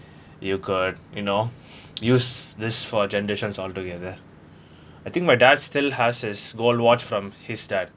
you could you know use this for generations altogether I think my dad's still has his gold watch from his dad